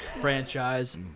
franchise